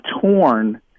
torn